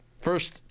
First